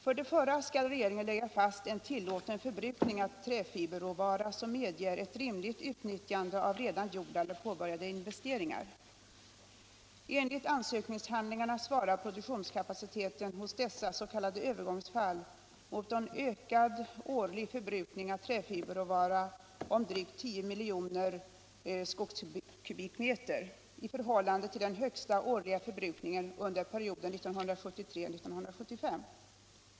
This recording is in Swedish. För de förra skall regeringen lägga fast en tillåten förbrukning av träfiberråvara som medger ett rimligt utnyttjande av redan gjorda eller påbörjade investeringar. Enligt ansökningshandlingarna svarar produktionskapaciteten hos dessa s.k. övergångsfall mot en ökad årlig förbrukning av träfiberråvara om drygt 10 miljoner skogskubikmeter i förhållande till den högsta årliga förbrukningen under perioden 1973-1975.